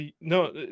No